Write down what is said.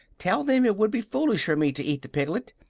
tell them it would be foolish for me to eat the piglet,